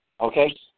Okay